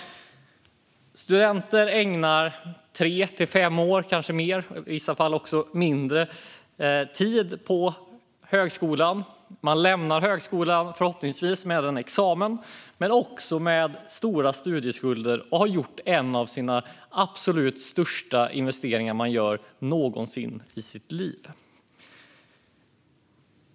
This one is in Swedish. Studenter lägger i genomsnitt tre till fem år på högskolestudier. De lämnar förhoppningsvis högskolan med en examen men också med stora studieskulder. De har gjort en av de största investeringarna någonsin i livet.